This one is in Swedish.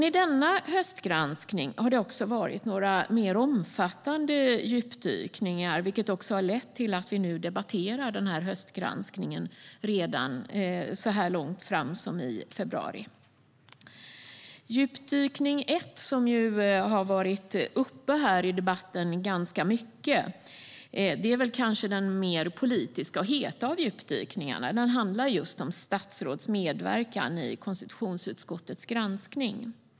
I denna höstgranskning har det också varit några mer omfattande djupdykningar, vilket har lett till att vi nu debatterar denna höstgranskning så långt fram i februari. Den första djupdykningen, som har varit uppe i debatten ganska mycket, är kanske den mer politiska och heta av djupdykningarna. Den handlar om statsråds medverkan i konstitutionsutskottets granskning.